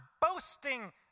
boasting